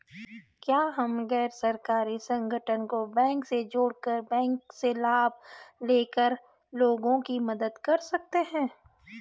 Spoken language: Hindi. क्या हम गैर सरकारी संगठन को बैंक से जोड़ कर बैंक से लाभ ले कर लोगों की मदद कर सकते हैं?